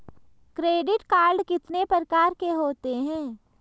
Credit card कितने प्रकार के होते हैं?